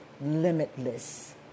limitless